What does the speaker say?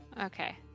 okay